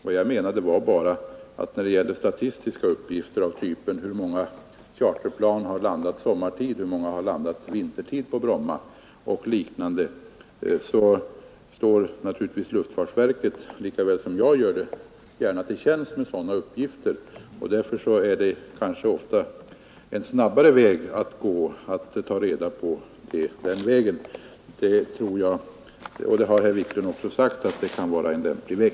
Vad jag menade var bara att när det gäller statistiska uppgifter av typen hur många charterplan som har landat sommartid och vintertid på Bromma och liknande står naturligtvis luftfartsverket lika väl som jag gärna till tjänst med sådana uppgifter. Därför är det kanske ofta snabbare att ta reda på sådant den vägen. Herr Wiklund har nu också sagt att det kan vara en lämplig väg.